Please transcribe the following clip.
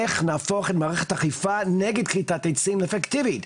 איך נהפוך את מערכת האכיפה נגד כריתת עצים אפקטיבי.